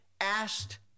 asked